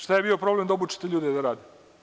Šta je bio problem da obučite ljude da rade?